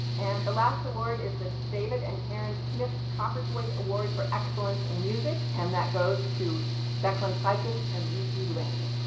and the last award is the david and karen smith copperthwaite award for excellence in music, and that goes to declan siefkas and rishi ling.